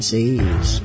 Seas